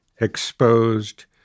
Exposed